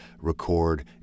record